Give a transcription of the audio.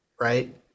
right